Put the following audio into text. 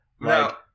Now